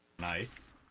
nice